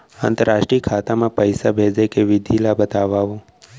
अंतरराष्ट्रीय खाता मा पइसा भेजे के विधि ला बतावव?